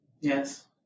yes